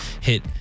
hit